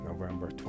November